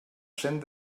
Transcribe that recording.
cent